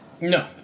No